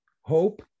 Hope